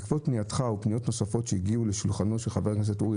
בעקבות פנייתך ופניות נוספות שהגיעו לשולחנו של חבר הכנסת אורי